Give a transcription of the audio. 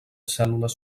cèl·lules